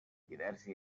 diversi